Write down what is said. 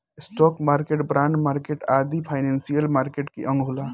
stock market, bond market आदि financial market के अंग होला